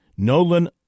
Nolan